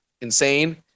insane